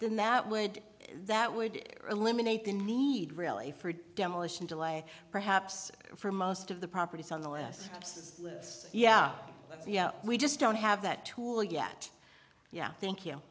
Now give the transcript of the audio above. then that would that would eliminate the need really for demolition july perhaps for most of the properties on the west absolutes yeah that's yeah we just don't have that tool yet yeah i think you